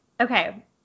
okay